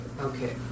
Okay